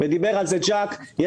היה